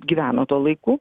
gyveno tuo laiku